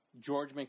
george